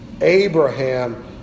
Abraham